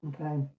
okay